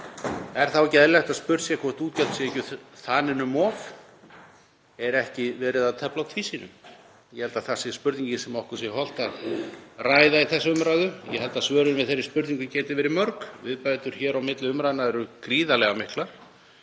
Er þá ekki eðlilegt að spurt sé hvort útgjöld séu ekki þanin um of? Er ekki verið að tefla í tvísýnu? Ég held að það sé spurningin sem okkur sé hollt að ræða í þessari umræðu. Ég held að svörin við þeirri spurningu geti verið mörg. Viðbætur hér á milli umræðna eru gríðarlega miklar